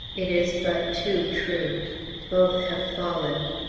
it is but too true both have fallen.